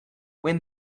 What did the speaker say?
when